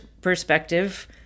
perspective